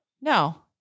No